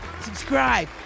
subscribe